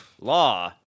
law